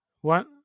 one